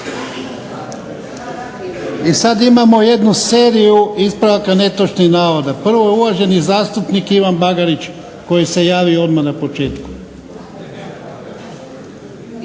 I sada imamo jednu seriju ispravaka netočnih navoda. Prvo je uvaženi zastupnik Ivan BAgarić koji se javio odmah na početku.